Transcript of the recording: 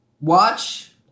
Watch